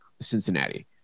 cincinnati